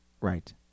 Right